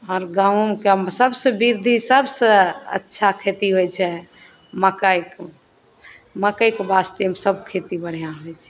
आओर गहूॅंमके सभसँ बृर्द्धी सभसँ अच्छा खेती होइ छै मकइके मकइके बास्तेमे सभ खेती बढ़िआँ होइ छै